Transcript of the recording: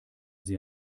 sie